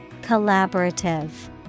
Collaborative